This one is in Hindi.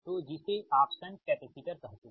तो जिसे आप शंट कैपेसिटर कहते हैं